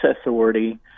authority